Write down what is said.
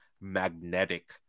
magnetic